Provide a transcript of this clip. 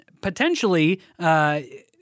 potentially